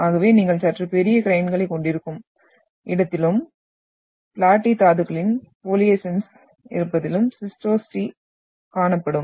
ஆகவே நீங்கள் சற்று பெரிய கிரெயின்களை கொண்டிருக்கும் இடத்திலும் பிளாட்டி தாதுக்களின் பாலியேசன்ஸ் இருப்பதிலும் சிஸ்டோசிட்டி காணப்படும்